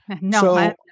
No